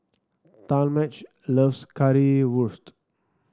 Talmage loves Currywurst